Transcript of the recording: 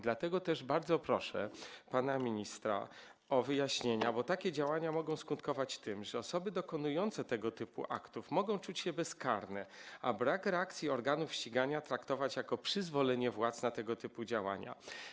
Dlatego też bardzo proszę pana ministra o wyjaśnienia, bo takie działania mogą skutkować tym, że osoby dokonujące tego typu aktów mogą czuć się bezkarne, a brak reakcji organów ścigania traktować jako przyzwolenie władz na tego typu działania.